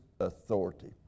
authority